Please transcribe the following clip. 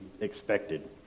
expected